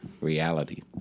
reality